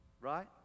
right